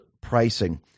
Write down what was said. pricing